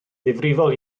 ddifrifol